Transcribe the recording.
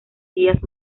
días